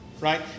Right